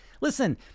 Listen